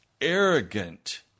arrogant